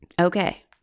okay